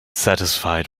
satisfied